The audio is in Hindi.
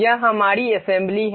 यह हमारी असेम्ब्ली है